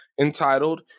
entitled